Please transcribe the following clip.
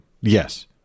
yes